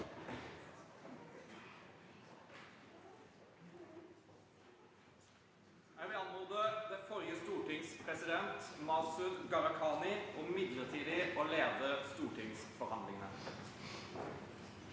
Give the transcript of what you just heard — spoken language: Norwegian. Jeg vil anmode det forrige stortings president, Masud Gharahkhani, om midlertidig å lede stortingsfor- handlingene.